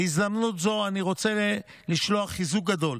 בהזדמנות זו אני רוצה לשלוח חיזוק גדול